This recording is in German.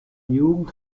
jugend